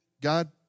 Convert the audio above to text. God